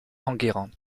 enguerrand